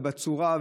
בצורה,